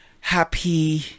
happy